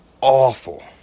awful